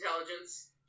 intelligence